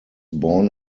born